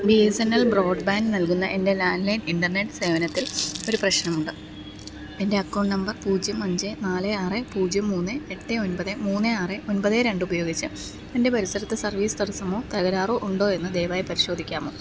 B S N L broadband നൽകുന്ന എൻ്റെ landline internet സേവനത്തിൽ ഒരു പ്രശ്നമുണ്ട് എൻ്റെ അക്കൗണ്ട് നമ്പർ പൂജ്യം അഞ്ച് നാല് ആറ് പൂജ്യം മൂന്ന് എട്ട് ഒൻമ്പത് മൂന്ന് ആറ് ഒൻപത് രണ്ട് ഉപയോഗിച്ച് എൻ്റെ പരിസരത്ത് സർവീസ് തടസ്സമോ തകരാറോ ഉണ്ടോ എന്നു ദയവായി പരിശോധിക്കാമോ